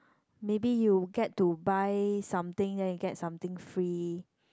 maybe you get to buy something then you get something free